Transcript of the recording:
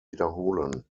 wiederholen